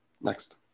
Next